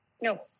No